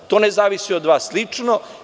To ne zavisi od vas lično.